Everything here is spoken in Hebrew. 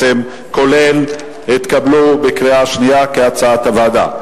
כולל, התקבלו בקריאה שנייה, כהצעת הוועדה.